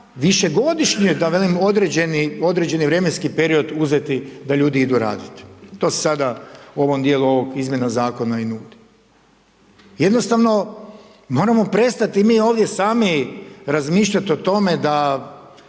višegodišnje da velim određeni vremenski period uzeti da ljudi idu raditi. To se sada u ovom djelu ovih izmjena zakona i nudi. Jednostavno moramo prestati mi ovdje sami razmišljati o tome da